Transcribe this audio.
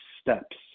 steps